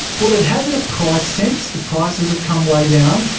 well, it has in a price sense, the prices have come way down,